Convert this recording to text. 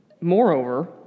Moreover